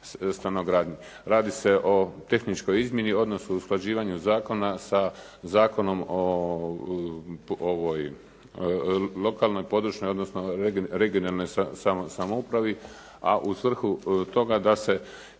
Radi se o tehničkoj izmjeni, odnosno o usklađivanju zakona sa Zakonom o lokalnoj, područnoj, odnosno regionalnoj samoupravi, a u svrhu toga da se